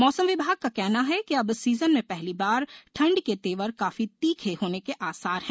मौसम विभाग का कहना है कि अब सीजन में पहली बार ठंड के तेवर काफी तीखे होने के आसार हैं